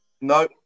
No